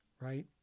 right